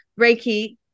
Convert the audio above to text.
reiki